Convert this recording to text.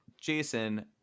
jason